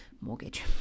mortgage